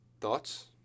Thoughts